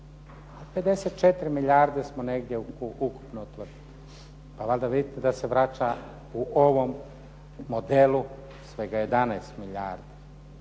54 milijarde smo negdje ukupno utvrdili. Pa valjda vidite da se vraća u ovom modelu svega 11 milijardi.